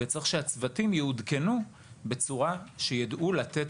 וצריך שהצוותים יעודכנו באופן כזה שהם יידעו לתת